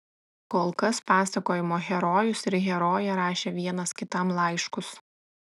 kol kas pasakojimo herojus ir herojė rašė vienas kitam laiškus